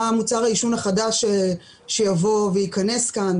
מוצר העישון החדש שיבוא וייכנס כאן,